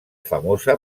famosa